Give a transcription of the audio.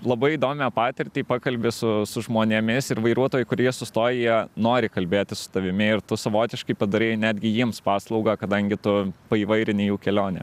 labai įdomią patirtį pakalbi su su žmonėmis ir vairuotojai kurie sustoja jie nori kalbėtis su tavimi ir tu savotiškai padarai netgi jiems paslaugą kadangi tu paįvairini jų kelionę